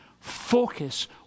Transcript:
Focus